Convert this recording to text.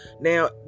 now